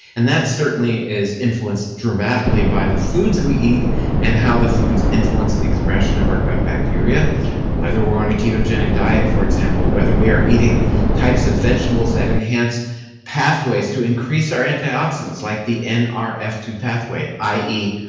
and that certainly is influenced dramatically by the foods we eat and how the foods influence the expression of our gut bacteria whether we're on a ketogenic diet for example, whether we are eating types of vegetables that enhanced pathways to increase our antioxidants, like the n r f two pathway i e,